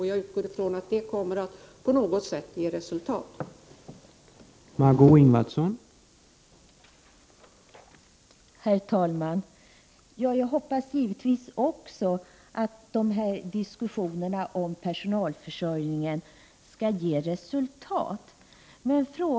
Jag utgår från att de diskussionerna kommer att ge resultat på något sätt.